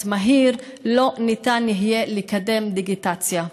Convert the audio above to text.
מהיר לא ניתן יהיה לקדם דיגיטציה.